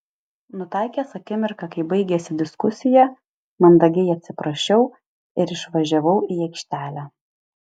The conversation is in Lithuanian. nutaikęs akimirką kai baigėsi diskusija mandagiai atsiprašiau ir išvažiavau į aikštelę